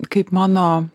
kaip mano